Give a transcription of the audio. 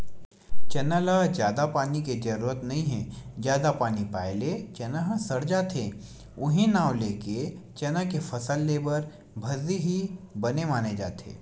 चना ल जादा पानी के जरुरत नइ हे जादा पानी पाए ले चना ह सड़ जाथे उहीं नांव लेके चना के फसल लेए बर भर्री ही बने माने जाथे